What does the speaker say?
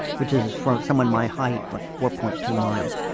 which is, for someone my height, like four point two miles.